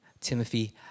Timothy